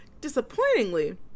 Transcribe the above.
Disappointingly